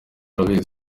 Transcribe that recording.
arabizi